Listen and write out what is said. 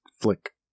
flick